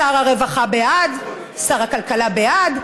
שר הרווחה בעד, שר הכלכלה בעד,